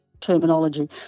terminology